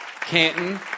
Canton